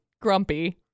grumpy